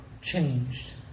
changed